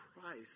Christ